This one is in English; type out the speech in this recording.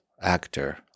actor